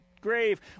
grave